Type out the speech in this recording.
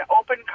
open